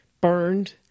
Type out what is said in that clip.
Burned